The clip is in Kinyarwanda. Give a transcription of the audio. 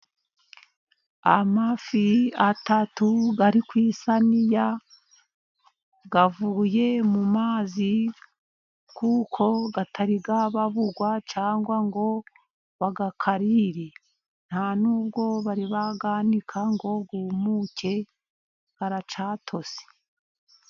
amafi atatu ari ku isaniya avuye mu mazi kuko atarababurwa cyangwa ngo bayakarire, nta nubwo bari bayanika ngo yumuke aracyatose.